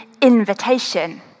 Invitation